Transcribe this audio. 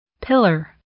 Pillar